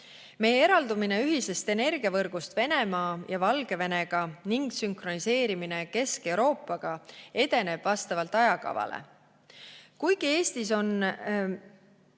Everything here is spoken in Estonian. Meie eraldumine ühisest energiavõrgust Venemaa ja Valgevenega ning sünkroniseerimine Kesk-Euroopaga edeneb vastavalt ajakavale. Kuigi Eesti on